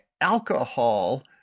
alcohol